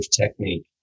technique